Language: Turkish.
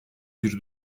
bir